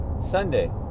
Sunday